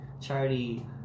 charity